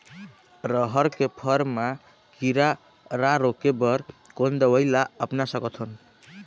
रहर के फर मा किरा रा रोके बर कोन दवई ला अपना सकथन?